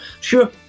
sure